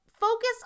focus